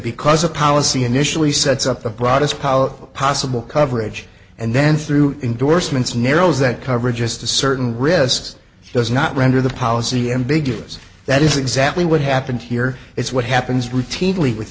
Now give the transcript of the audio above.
because a policy initially sets up the broadest possible coverage and then through endorsements narrows that coverage is to certain risks does not render the policy ambiguous that is exactly what happened here it's what happens routinely with